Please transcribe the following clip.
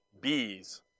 bees